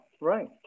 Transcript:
right